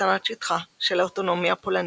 והקטנת שטחה של האוטונומיה הפולנית.